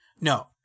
No